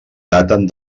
daten